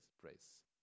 praise